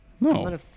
No